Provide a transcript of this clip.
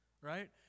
Right